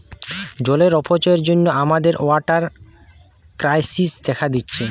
জলের অপচয়ের জন্যে আমাদের ওয়াটার ক্রাইসিস দেখা দিচ্ছে